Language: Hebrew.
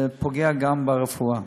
זה פוגע גם ברפואה.